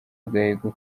agahigo